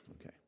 okay